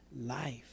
life